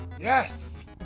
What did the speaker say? Yes